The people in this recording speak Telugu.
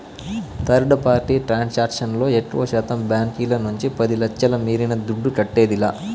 థర్డ్ పార్టీ ట్రాన్సాక్షన్ లో ఎక్కువశాతం బాంకీల నుంచి పది లచ్ఛల మీరిన దుడ్డు కట్టేదిలా